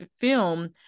film